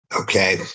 Okay